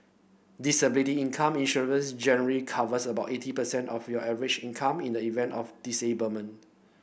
disability income insurance generally covers about eighty percent of your average income in the event of a disablement